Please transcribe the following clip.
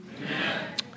Amen